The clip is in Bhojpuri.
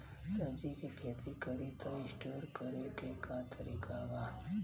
सब्जी के खेती करी त स्टोर करे के का तरीका बा?